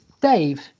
Dave